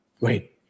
Wait